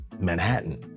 Manhattan